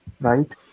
right